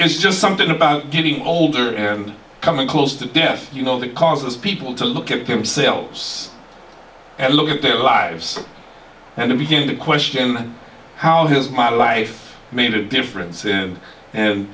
as just something about getting older and coming close to death you know that causes people to look at themselves and look at their lives and begin to question how here's my life made a difference in and